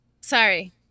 Sorry